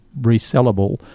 resellable